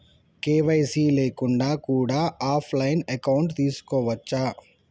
KYC లేకుండా కూడా offline account తీసుకోవచ్చా?